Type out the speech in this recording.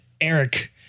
Eric